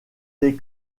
les